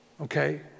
okay